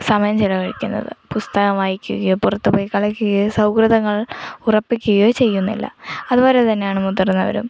സമയം ചിലവഴിക്കുന്നത് പുസ്തകം വായിക്കുകയോ പുറത്ത് പോയി കളിക്കുകയോ സൗഹൃദങ്ങൾ ഉറപ്പിക്കുകയോ ചെയ്യുന്നില്ല അതുപോലെ തന്നെയാണ് മുതിർന്നവരും